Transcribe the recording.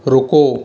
रुको